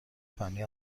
فنی